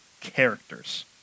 characters